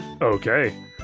Okay